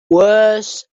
worse